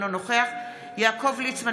אינו נוכח יעקב ליצמן,